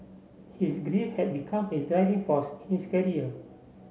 his grief had become his driving force in his